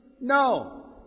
No